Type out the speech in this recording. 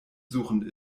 suchen